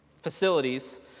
facilities